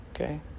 okay